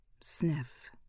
Sniff